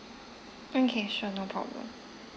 okay sure no problem